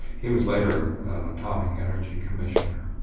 he was later an atomic energy commissioner.